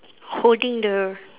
holding the